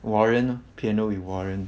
warren lor piano with warren